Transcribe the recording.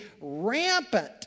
rampant